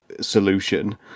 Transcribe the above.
solution